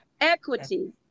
equity